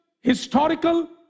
historical